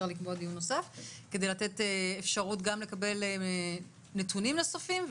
כדי לתת אפשרות גם לקבל נתונים נוספים,